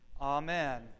amen